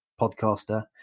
podcaster